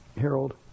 Harold